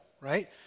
right